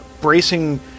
bracing